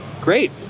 Great